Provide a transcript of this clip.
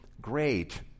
great